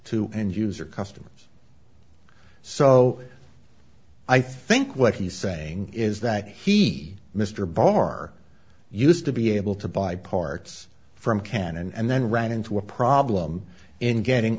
to end user customers so i think what he's saying is that he mr barr used to be able to buy parts from cannes and then ran into a problem in getting